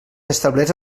establerts